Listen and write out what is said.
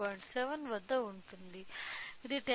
7 వద్ద ఉంది ఇది 10